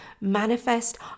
manifest